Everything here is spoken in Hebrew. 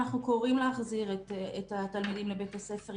אנחנו קוראים להחזיר את התלמידים לבית הספר,